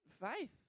faith